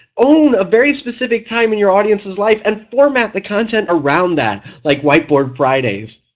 own a very specific time in your audience's life and format the content around that, like whiteboard fridays,